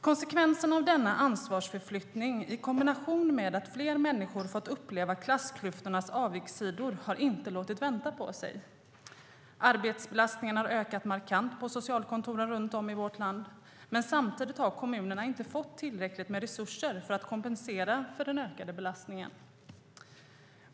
Konsekvenserna av denna ansvarsförflyttning i kombination med att fler människor har fått uppleva klassklyftornas avigsidor har inte låtit vänta på sig. Arbetsbelastningen har ökat markant på socialkontoren runt om i vårt land. Men samtidigt har kommunerna inte fått tillräckligt med resurser för att kompensera för den ökade belastningen.